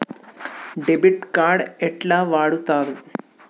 Debit card ఎట్లా వాడుతరు?